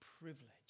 privilege